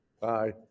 Bye